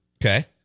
Okay